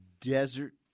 desert